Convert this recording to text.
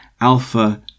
Alpha